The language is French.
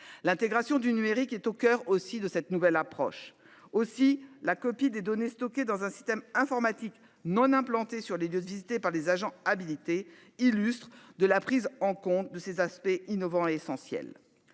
L'intégration du numérique est au coeur aussi de cette nouvelle approche aussi la copie des données stockées dans un système informatique non implantées sur les 2 visité par les agents habilités illustres de la prise en compte de ces aspects innovants. L'essentiel,